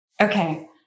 Okay